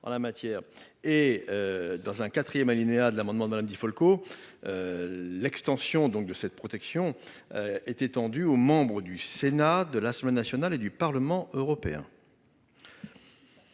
et dans un 4ème alinéa de l'amendement madame Di Folco l'extension, donc de cette protection est étendue aux membres du Sénat de l'Assemblée nationale et du Parlement européen.